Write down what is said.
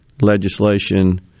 legislation